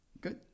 Good